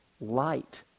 light